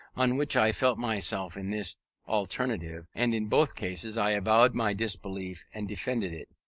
on which i felt myself in this alternative, and in both cases i avowed my disbelief and defended it.